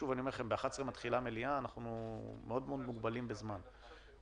ב- 11:00 מתחילה המליאה ואנחנו מאוד מוגבלים בזמן.